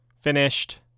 Finished